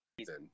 season